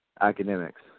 academics